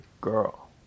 girl